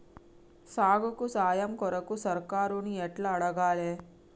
సాగుకు సాయం కొరకు సర్కారుని ఎట్ల అడగాలే?